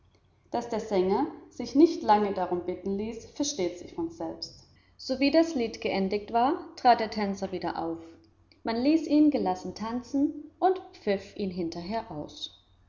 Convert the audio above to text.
daß der sänger sich nicht lange darum bitten ließ versteht sich von selbst sowie das lied geendigt war trat der tänzer wieder auf man ließ ihn gelassen tanzen und pfiff ihn hinterher aus